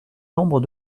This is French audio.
nombre